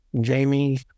Jamie